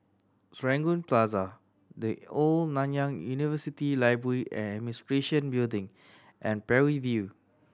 Serangoon Plaza The Old Nanyang University Library and Administration Building and Parry View